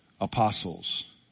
apostles